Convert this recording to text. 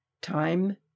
Time